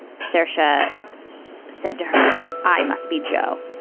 sasha said to her, i must be jo.